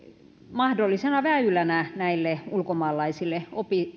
mahdollisena väylänä näille ulkomaalaisille